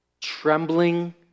trembling